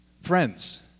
friends